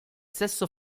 sesso